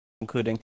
including